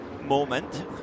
moment